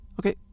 Okay